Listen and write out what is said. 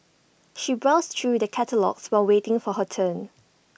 she browsed through the catalogues while waiting for her turn